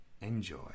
enjoy